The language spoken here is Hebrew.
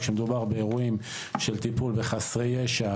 כשמדובר באירועים של טיפול בחסרי ישע,